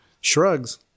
shrugs